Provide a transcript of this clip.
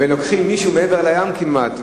ולוקחים מישהו מעבר לים כמעט,